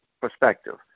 perspective